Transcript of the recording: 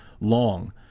long